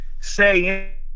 say